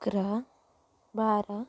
अकरा बारा